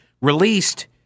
released